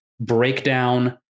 breakdown